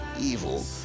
evil